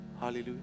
Hallelujah